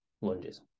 lunges